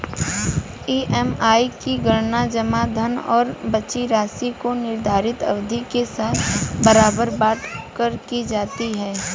EMI की गणना जमा धन और बची राशि को निर्धारित अवधि के साथ बराबर बाँट कर की जाती है